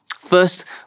First